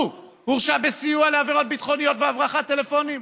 הורשע בסיוע לעבירות ביטחוניות והברחת טלפונים,